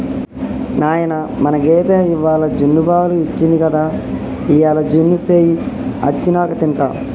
నాయనా మన గేదె ఇవ్వాల జున్నుపాలు ఇచ్చింది గదా ఇయ్యాల జున్ను సెయ్యి అచ్చినంక తింటా